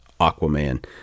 Aquaman